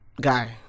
guy